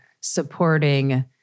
supporting